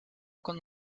con